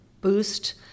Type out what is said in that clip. boost